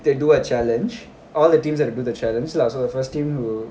they do a challenge all the teams that do the challenge lah so the first team will